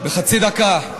בחצי דקה.